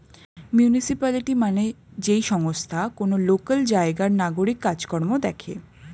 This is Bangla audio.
মিউনিসিপালিটি মানে যেই সংস্থা কোন লোকাল জায়গার নাগরিক কাজ কর্ম দেখে